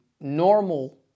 normal